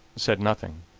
said nothing,